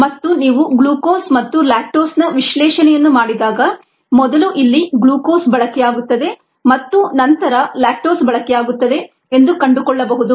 ಮತ್ತು ನೀವು ಗ್ಲೂಕೋಸ್ ಮತ್ತು ಲ್ಯಾಕ್ಟೋಸ್ನ ವಿಶ್ಲೇಷಣೆಯನ್ನು ಮಾಡಿದಾಗ ಮೊದಲು ಇಲ್ಲಿ ಗ್ಲೂಕೋಸ್ ಬಳಕೆಯಾಗುತ್ತದೆ ಮತ್ತು ನಂತರ ಲ್ಯಾಕ್ಟೋಸ್ ಬಳಕೆಯಾಗುತ್ತದೆ ಎಂದು ಕಂಡುಕೊಳ್ಳಬಹುದು